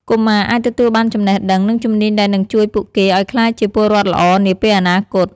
កុមារអាចទទួលបានចំណេះដឹង និងជំនាញដែលនឹងជួយពួកគេឱ្យក្លាយជាពលរដ្ឋល្អនាពេលអនាគត។